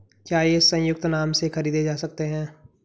क्या ये संयुक्त नाम से खरीदे जा सकते हैं?